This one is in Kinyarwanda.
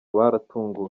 baratunguwe